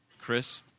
Chris